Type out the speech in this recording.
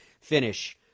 finish